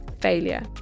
failure